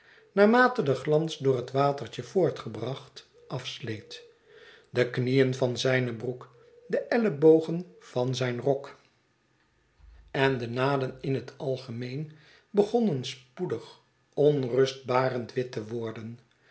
naarmate de glans door het watertje voortgebracht afsleet de knieen van zijne broek de ellebogen van zijn rok en de kale heeren naden in het algemeen begonnen spoedig onrustbarend wit te worden